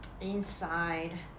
inside